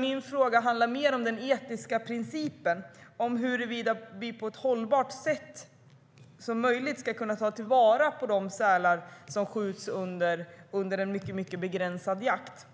Min fråga handlar mer om den etiska principen, om huruvida vi på ett så hållbart sätt som möjligt ska kunna ta vara på de sälar som skjuts under en mycket begränsad jakt.